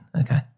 Okay